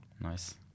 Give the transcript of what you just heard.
Nice